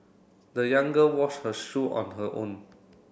the young girl washed her shoe on her own